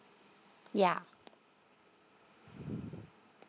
yeah